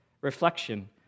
reflection